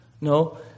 No